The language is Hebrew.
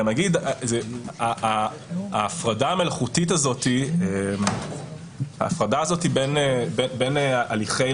ההפרדה המלאכותית הזאת בין הליכי,